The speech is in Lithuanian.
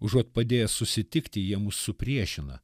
užuot padėję susitikti jie mus supriešina